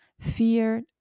fear